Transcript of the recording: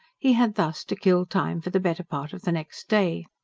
he had thus to kill time for the better part of the next day.